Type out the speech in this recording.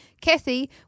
Kathy